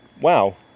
wow